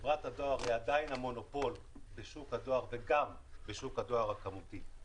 חברת הדואר היא עדיין המונופול בשוק הדואר וגם בשוק הדואר הכמותי.